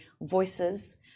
voices